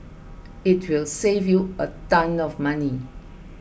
it will save you a ton of money